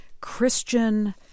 Christian